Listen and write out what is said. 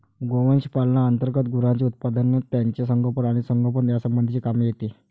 गोवंश पालना अंतर्गत गुरांचे उत्पादन, त्यांचे संगोपन आणि संगोपन यासंबंधीचे काम येते